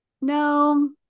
No